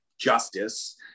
justice